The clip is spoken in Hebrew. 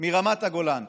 מרמת הגולן.